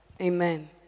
Amen